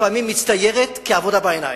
לפעמים מצטיירת כעבודה בעיניים.